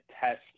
test